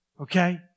Okay